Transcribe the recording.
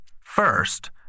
First